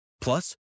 Plus